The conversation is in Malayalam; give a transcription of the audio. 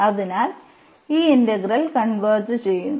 അതിനാൽ ഈ ഇന്റഗ്രൽ കൺവെർജ് ചെയ്യുന്നു